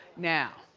now,